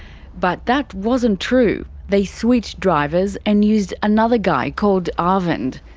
but that wasn't true, they switched drivers and used another guy called arvind.